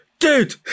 Dude